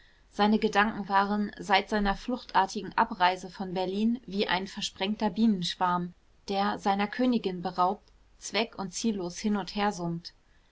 seine gedanken waren seit seiner fluchtartigen abreise von berlin wie ein versprengter bienenschwarm der seiner königin beraubt zweck und ziellos hin und her summt